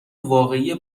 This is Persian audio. واقعی